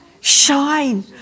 shine